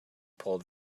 pulled